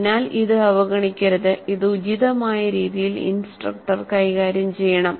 അതിനാൽ ഇത് അവഗണിക്കരുത് ഇത് ഉചിതമായ രീതിയിൽ ഇൻസ്ട്രക്ടർ കൈകാര്യം ചെയ്യണം